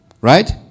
right